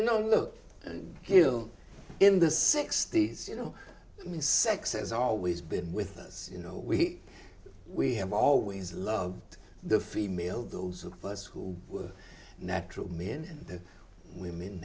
look and kill in the sixty's you know sex has always been with us you know we we have always loved the female those of us who were natural me and women